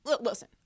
Listen